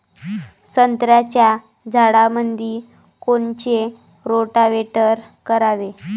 संत्र्याच्या झाडामंदी कोनचे रोटावेटर करावे?